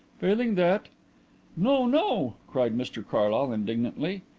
failing that no, no! cried mr carlyle indignantly,